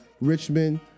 Richmond